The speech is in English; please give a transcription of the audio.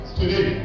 today